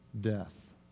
death